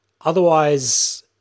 otherwise